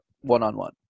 one-on-one